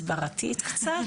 הסברתי קצת,